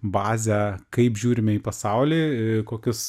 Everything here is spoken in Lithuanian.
bazę kaip žiūrime į pasaulį e kokius